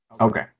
Okay